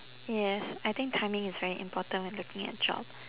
yes I think timing is very important when looking at job